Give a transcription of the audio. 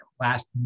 last